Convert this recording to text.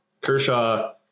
Kershaw